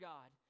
God